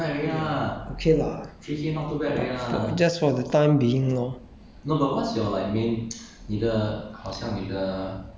uhh maybe about three K a month okay lah just for the time being loh